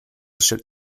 should